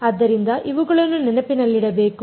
ಆದ್ದರಿಂದ ಇವುಗಳನ್ನು ನೆನಪಿನಲ್ಲಿಡಬೇಕು